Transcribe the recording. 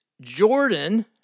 Jordan